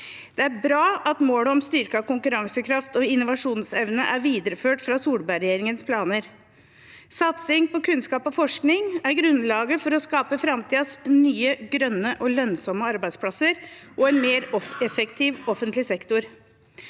Det er bra at målet om styrket konkurransekraft og innovasjonsevne er videreført fra Solberg-regjeringens planer. Satsing på kunnskap og forskning er grunnlaget for å skape framtidens nye, grønne og lønnsomme arbeidsplasser og en mer effektiv offentlig sektor.